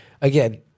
again